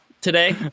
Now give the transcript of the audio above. today